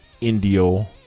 Indio